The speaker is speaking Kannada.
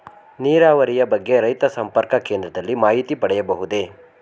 ನೀರಾವರಿಯ ಬಗ್ಗೆ ರೈತ ಸಂಪರ್ಕ ಕೇಂದ್ರದಲ್ಲಿ ಮಾಹಿತಿ ಪಡೆಯಬಹುದೇ?